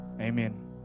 Amen